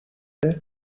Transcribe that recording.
چونکه